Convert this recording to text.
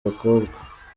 bakobwa